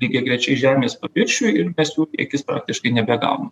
lygiagrečiai žemės paviršiuj ir mes jų į akis praktiškai nebegaunam